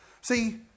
see